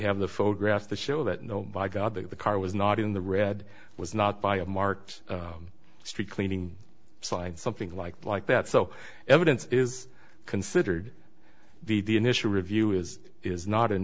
have the photograph to show that no by god that the car was not in the red was not by a marked street cleaning side something like like that so evidence is considered the the initial review is is not an